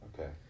Okay